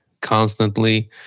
constantly